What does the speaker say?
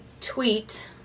tweet